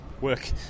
work